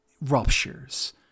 ruptures